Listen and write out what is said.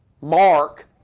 Mark